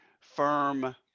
firm